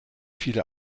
viele